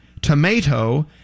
tomato